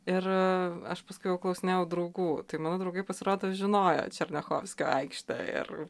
ir aš paskui jau klausinėjau draugų tai mano draugai pasirodo žinojo černiachovskio aikštę ir